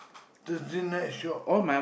just tonight shop